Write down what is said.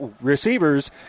receivers